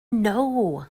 know